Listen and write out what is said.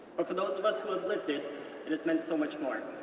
but for those of us who have lived it, it has meant so much more.